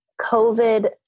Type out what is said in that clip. COVID